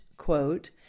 Quote